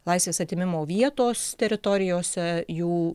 laisvės atėmimo vietos teritorijose jų